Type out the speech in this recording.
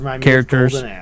characters